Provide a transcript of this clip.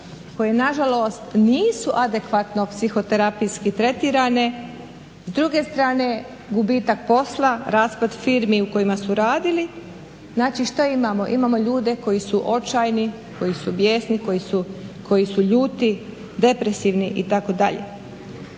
koje nažalost nisu adekvatno psihoterapijski tretirane, s druge strane, gubitak posla, raspad firmi u kojima su radili. Znači što imamo? Imamo ljude koji su očajni, koji su bijesni, koji su ljuti, depresivni itd.